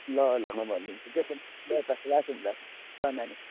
ल ल म भनिदिन्छु ल त राखौँ राखौँ ल नानी